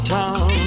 town